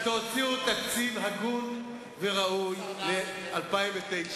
תוציאו תקציב הגון וראוי ל-2009.